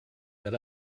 that